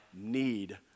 need